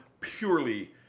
purely